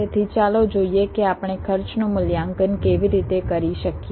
તેથી ચાલો જોઈએ કે આપણે ખર્ચનું મૂલ્યાંકન કેવી રીતે કરી શકીએ